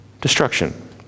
destruction